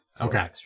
Okay